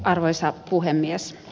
arvoisa puhemies